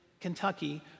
Kentucky